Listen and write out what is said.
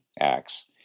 acts